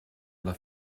alla